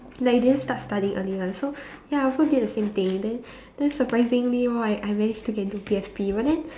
like you didn't start studying earlier so ya I also did the same thing then then surprisingly right I managed to get into P_F_P but then